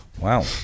Wow